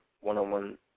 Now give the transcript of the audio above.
one-on-one